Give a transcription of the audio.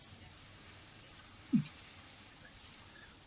mm